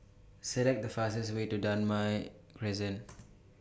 Select The fastest Way to Damai Crescent